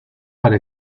para